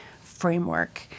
framework